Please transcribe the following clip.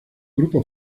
grupo